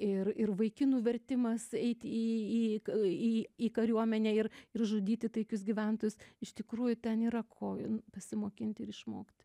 ir ir vaikinų vertimas eit į į į į kariuomenę ir ir žudyti taikius gyventojus iš tikrųjų ten yra ko pasimokinti ir išmokti